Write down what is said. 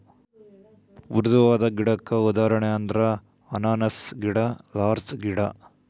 ಮೃದುವಾದ ಗಿಡಕ್ಕ ಉದಾಹರಣೆ ಅಂದ್ರ ಅನಾನಸ್ ಗಿಡಾ ಲಾರ್ಚ ಗಿಡಾ